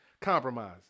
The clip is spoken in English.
Compromise